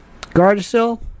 Gardasil